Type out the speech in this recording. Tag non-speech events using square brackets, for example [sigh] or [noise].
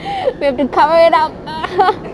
[laughs] we have to cover it up ugh [laughs]